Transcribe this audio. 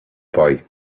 boy